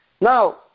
Now